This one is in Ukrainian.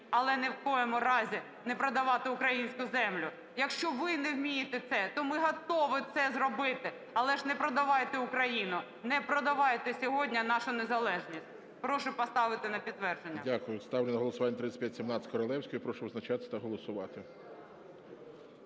Але ні в якому разі не продавати українську землю. Якщо ви не вмієте це, то ми готові це зробити, але ж не продавайте Україну, не продавайте сьогодні нашу незалежність. Прошу поставити на підтвердження. ГОЛОВУЮЧИЙ. Дякую. Ставлю на голосування 3517 Королевської. Прошу визначатися та голосувати.